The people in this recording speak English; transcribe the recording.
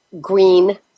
Green